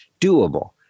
doable